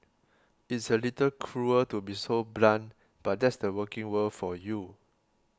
it's a little cruel to be so blunt but that's the working world for you